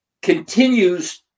continues